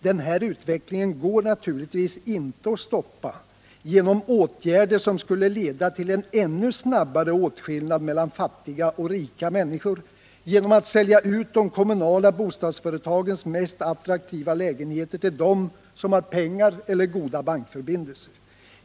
Denna utveckling går naturligtvis inte att stoppa genom åtgärder som skulle leda till en ännu snabbare åtskillnad mellan fattiga och rika människor eller genom att sälja ut de kommunala bostadsföretagens mest attraktiva lägenheter till dem som har pengar eller goda bankförbindelser.